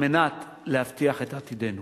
על מנת להבטיח את עתידנו.